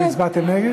אתם הצבעתם נגד?